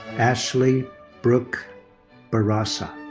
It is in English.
ashley brooke barasa.